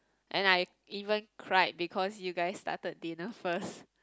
and I even cried because you guys started dinner first